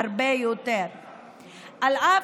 הראשון,